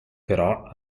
però